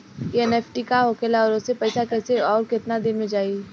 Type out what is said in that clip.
NEFT का होखेला और ओसे पैसा कैसे आउर केतना दिन मे जायी?